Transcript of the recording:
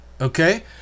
okay